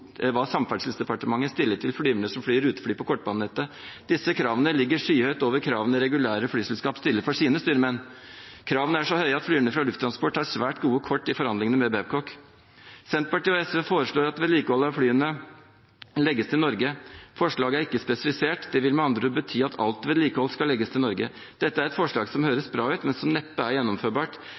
var noe risikobetont. Da hadde jeg til gjengjeld betydelig erfaring fra simulatortrening. Dette er langt strengere krav enn hva Samferdselsdepartementet stiller til flyverne som flyr rutefly på kortbanenettet. Disse kravene ligger skyhøyt over kravene regulære flyselskaper stiller til sine styrmenn. Kravene er så høye at flyverne fra Lufttransport har svært gode kort i forhandlingene med Babcock. Senterpartiet og SV foreslår at vedlikehold av flyene legges til Norge. Forslaget er ikke spesifisert. Det vil med andre ord bety at alt vedlikehold skal legges til Norge. Dette er et forslag som